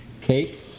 cake